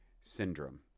syndrome